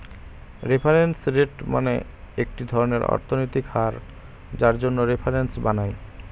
reference rate মানে একটি ধরনের অর্থনৈতিক হার যার জন্য রেফারেন্স বানায়